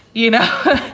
you know,